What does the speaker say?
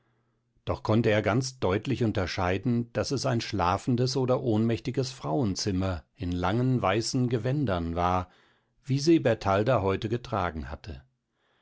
doch konnte er ganz deutlich unterscheiden daß es ein schlafendes oder ohnmächtiges frauenzimmer in langen weißen gewändern war wie sie bertalda heute getragen hatte